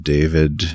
David